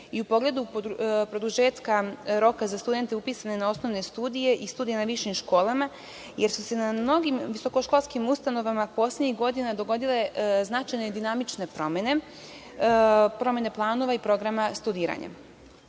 i u pogledu produžetka roka za studente upisane na osnovne studije i studije na višim školama, jer su se na mnogim visokoškolskim ustanovama poslednjih godina dogodile značajne dinamične promene, promene planova i programa studiranja.